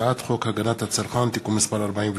הצעת חוק הגנת הצרכן (תיקון מס' 46),